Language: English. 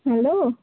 hello